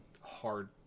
hard